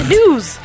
news